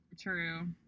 True